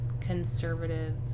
conservative